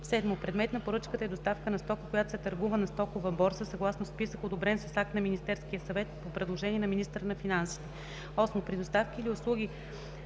7. предмет на поръчката е доставка на стока, която се търгува на стокова борса, съгласно списък, одобрен с акт на Министерския съвет, по предложение на министъра на финансите; 8. при доставки или услуги,